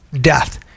Death